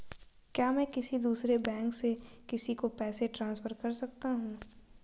क्या मैं किसी दूसरे बैंक से किसी को पैसे ट्रांसफर कर सकता हूं?